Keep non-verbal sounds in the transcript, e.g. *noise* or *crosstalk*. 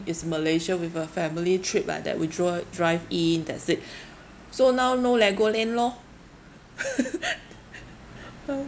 is malaysia with a family trip like that we dro~ drive in that's it *breath* so now no legoland lor *laughs* uh